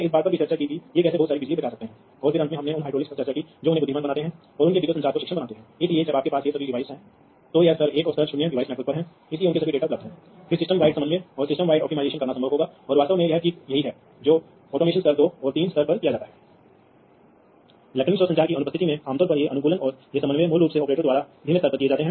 इसलिए उदाहरण के लिए यहां आप देखते हैं कि यह मुख्य नेटवर्क बस चल रही है उस नेटवर्क बस से आप एक लाइन लटका सकते हैं जो एक दूरस्थ I o है दूरस्थ I o का अर्थ है कि यह एक विशेष इलेक्ट्रॉनिक उपकरण है जो वास्तव में स्वीकार करता है कई उपकरणों से डेटा जो एक बिंदु से बिंदु फैशन में जुड़े हुए हैं